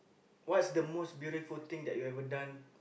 what's the most beautiful thing that you every done